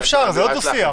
זה לא דו-שיח.